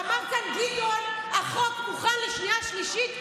אמר כאן גדעון, החוק מוכן לשנייה ושלישית.